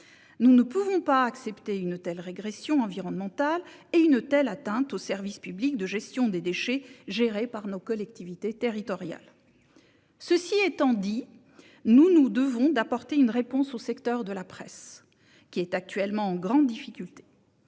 Nous ne pouvons pas accepter une telle régression environnementale et une telle atteinte au service public de gestion des déchets géré par nos collectivités territoriales. Cela étant dit, nous nous devons d'apporter une réponse au secteur de la presse, qui est actuellement en grande difficulté.